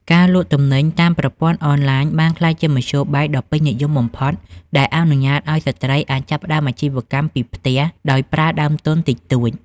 ការលក់ទំនិញតាមប្រព័ន្ធអនឡាញបានក្លាយជាមធ្យោបាយដ៏ពេញនិយមបំផុត ដែលអនុញ្ញាតឱ្យស្ត្រីអាចចាប់ផ្ដើមអាជីវកម្មពីផ្ទះដោយប្រើដើមទុនតិចតួច។